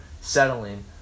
settling